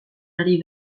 ari